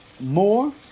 more